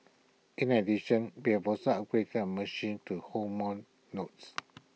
in addition we have also upgraded our machines to hold more notes